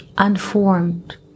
unformed